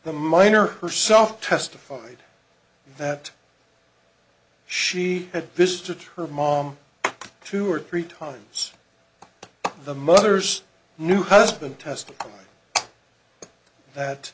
the minor herself testified that she had this to term mom two or three times the mother's new husband testify that